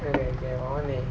okay okay 我问你